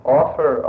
offer